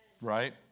Right